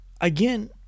again